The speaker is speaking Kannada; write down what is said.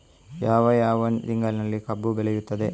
ಯಾವ ಯಾವ ತಿಂಗಳಿನಲ್ಲಿ ಕಬ್ಬು ಬೆಳೆಯುತ್ತದೆ?